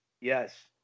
Yes